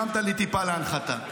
הרמת לי טיפה להנחתה.